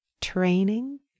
Training